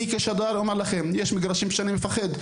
אני כשדר אומר לכם יש מגרשים שאני מפחד,